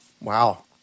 Wow